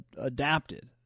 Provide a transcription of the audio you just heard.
adapted